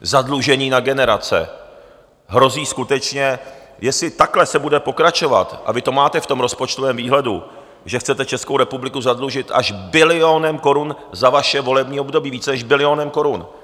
Zadlužení na generace hrozí skutečně, jestli takhle se bude pokračovat, a vy to máte v tom rozpočtovém výhledu, že chcete Českou republiku zadlužit až bilionem korun za vaše volební období, více než bilionem korun.